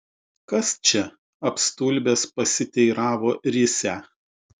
kas čia apstulbęs pasiteiravo risią